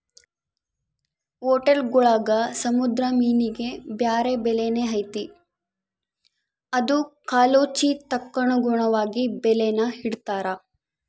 ಹೊಟೇಲ್ಗುಳಾಗ ಸಮುದ್ರ ಮೀನಿಗೆ ಬ್ಯಾರೆ ಬೆಲೆನೇ ಐತೆ ಅದು ಕಾಲೋಚಿತಕ್ಕನುಗುಣವಾಗಿ ಬೆಲೇನ ಇಡ್ತಾರ